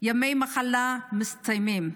ימי מחלה מסתיימים,